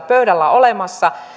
pöydällä olemassa